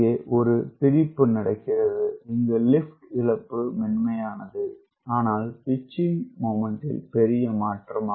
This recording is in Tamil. இங்கே ஒரு பிரிப்பு நடக்கிறது இங்கு லிப்ட் இழப்பு மென்மையானது ஆனால் பிட்ச் மொமெண்ட்டில் பெரிய மாற்றம்